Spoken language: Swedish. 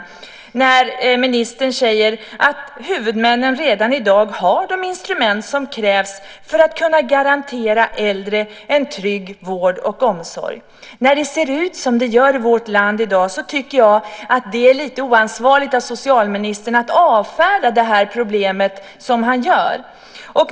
Socialministern säger att huvudmännen redan i dag har de instrument som krävs för att kunna garantera äldre en trygg vård och omsorg. När det ser ut som det gör i vårt land i dag tycker jag att det är lite oansvarigt av socialministern att avfärda det här problemet på det sätt som han gör.